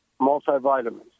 multivitamins